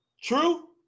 True